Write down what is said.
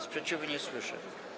Sprzeciwu nie słyszę.